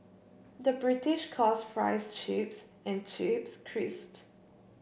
the British calls fries chips and chips crisps